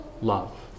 love